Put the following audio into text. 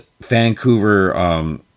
Vancouver